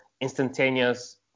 instantaneous